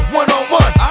one-on-one